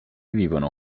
vivono